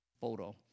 photo